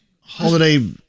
holiday